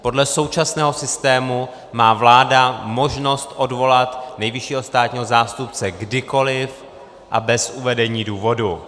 Podle současného systému má vláda možnost odvolat nejvyššího státního zástupce kdykoliv a bez uvedení důvodu.